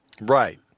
Right